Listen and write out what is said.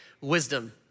wisdom